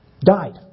died